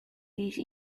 these